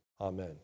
Amen